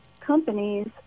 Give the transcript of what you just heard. companies